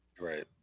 Right